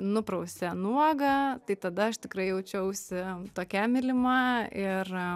nuprausė nuogą tai tada aš tikrai jaučiausi tokia mylima ir